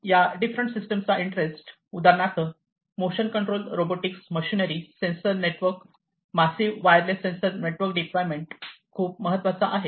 या डिफरंट सिस्टमचा इंटरेस्ट उदाहरणार्थ motion control robotic machinery sensor network massive wireless sensor network deployment खूप महत्त्वाचा आहे